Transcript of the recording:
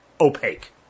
opaque